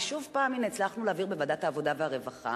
ושוב, הנה הצלחנו להעביר בוועדת העבודה והרווחה